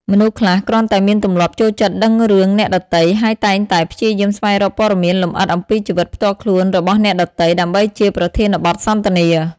មនុស្សខ្លះគ្រាន់តែមានទម្លាប់ចូលចិត្តដឹងរឿងអ្នកដទៃ ហើយតែងតែព្យាយាមស្វែងរកព័ត៌មានលម្អិតអំពីជីវិតផ្ទាល់ខ្លួនរបស់អ្នកដទៃ ដើម្បីជាប្រធានបទសន្ទនា។